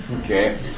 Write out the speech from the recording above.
Okay